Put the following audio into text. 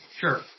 Sure